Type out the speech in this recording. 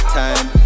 time